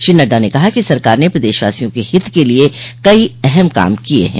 श्री नड्डा ने कहा कि सरकार ने प्रदेशवासियों के हित के लिये कई अहम काम किये हैं